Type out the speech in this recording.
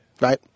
Right